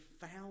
found